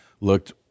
looked